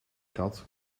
kat